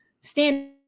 stand